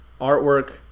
artwork